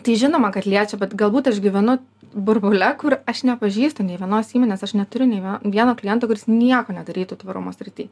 tai žinoma kad liečia bet galbūt aš gyvenu burbule kur aš nepažįstu nė vienos įmonės aš neturiu nei vieno kliento kuris nieko nedarytų tvarumo srity